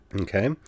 Okay